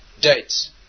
dates